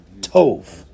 tov